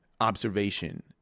observation